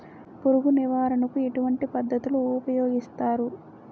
పురుగు నివారణ కు ఎటువంటి పద్ధతులు ఊపయోగిస్తారు?